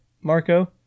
Marco